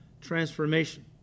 transformation